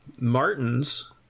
Martins